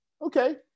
Okay